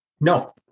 No